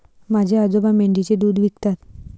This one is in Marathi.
माझे आजोबा मेंढीचे दूध विकतात